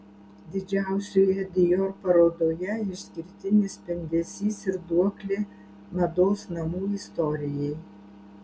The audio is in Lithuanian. didžiausioje dior parodoje išskirtinis spindesys ir duoklė mados namų istorijai